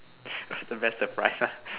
what's the best surprise ah